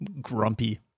grumpy